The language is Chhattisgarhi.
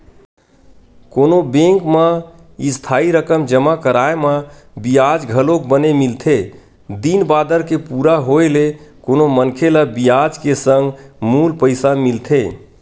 कोनो बेंक म इस्थाई रकम जमा कराय म बियाज घलोक बने मिलथे दिन बादर के पूरा होय ले कोनो मनखे ल बियाज के संग मूल पइसा मिलथे